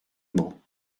mans